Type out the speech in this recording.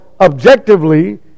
objectively